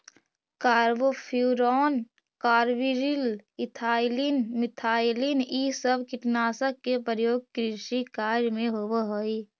carbofuran, carbaryl, ethylene, methylene इ सब कीटनाशक के प्रयोग कृषि कार्य में होवऽ हई